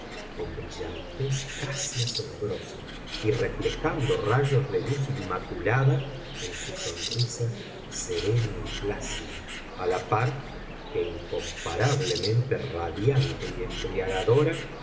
con brillantez casi asombrosa y reflejando rayos de luz inmaculada en su sonrisa serena y plácida a la par que incomparablemente radiante y embriagadora